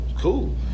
cool